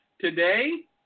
today